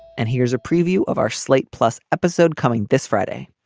and here's a preview of our slate plus episode coming this friday